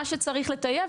מה שצריך לטייב,